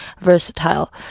versatile